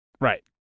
Right